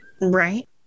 Right